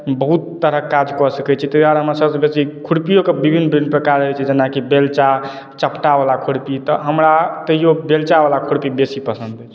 बहुत तरहक काज कऽ सकैत छी ताहिके बाद हमरा सबसँ बेसी खुर्पियोके विभिन्न विभिन्न प्रकार होइत छै जेनाकि बेलचा चपटा बला खुरपी तऽ हमरा तैयो बेलचा बला खुरपी बेसी पसन्द अछि